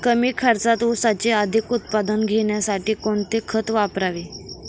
कमी खर्चात ऊसाचे अधिक उत्पादन घेण्यासाठी कोणते खत वापरावे?